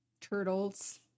Turtles